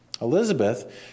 Elizabeth